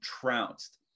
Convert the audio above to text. trounced